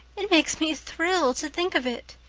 it makes me thrill to think of it.